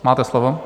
Máte slovo.